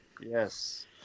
Yes